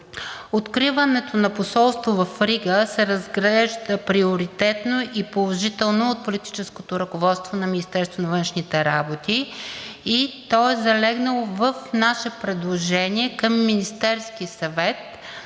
Откриването на посолство в Рига се разглежда приоритетно и положително от политическото ръководство на Министерството на външните работи и то е залегнало в наше предложение към Министерския съвет